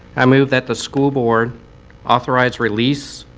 i move that the school board authorize release